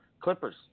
Clippers